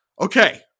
Okay